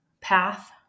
path